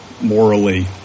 morally